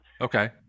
okay